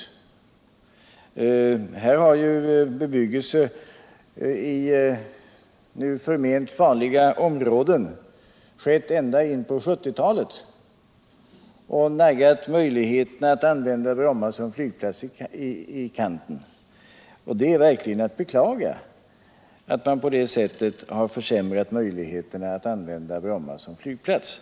Bebyggelse har ju tillkommit i nu förment farliga områden ända in på 1970-talet och naggat möjligheterna att använda Bromma som flygplats i kanten. Det är verkligen att beklaga att de möjligheterna har försämrats på detta sätt.